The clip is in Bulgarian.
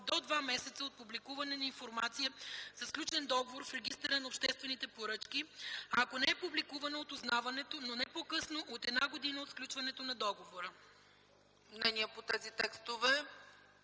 до два месеца от публикуване на информация за сключен договор в регистъра на обществените поръчки, а ако не е публикувана – от узнаването, но не по-късно от една година от сключването на договора.” ПРЕДСЕДАТЕЛ